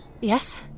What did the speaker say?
Yes